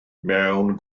mewn